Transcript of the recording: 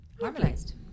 Harmonized